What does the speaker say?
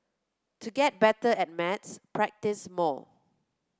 to get better at maths practise more